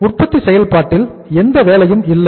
உற்பத்தி செயல்பாட்டில் எந்த வேலையும் இல்லை